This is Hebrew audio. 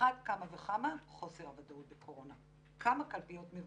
על אחת כמה וכמה חוסר הוודאות בקורונה: כמה קלפיות מבודדים?